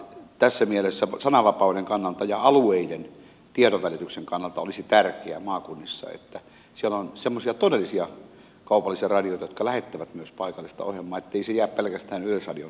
tässä mielessä sananvapauden kannalta ja alueiden tiedonvälityksen kannalta olisi tärkeää maakunnissa että siellä on semmoisia todellisia kaupallisia radioita jotka lähettävät myös paikallista ohjelmaa ettei se jää pelkästään yleisradion harteille